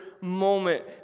moment